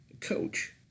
coach